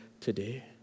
today